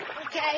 Okay